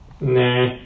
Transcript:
nah